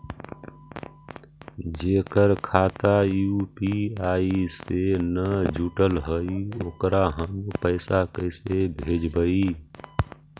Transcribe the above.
जेकर खाता यु.पी.आई से न जुटल हइ ओकरा हम पैसा कैसे भेजबइ?